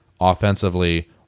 offensively